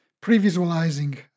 pre-visualizing